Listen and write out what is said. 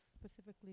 specifically